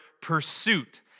pursuit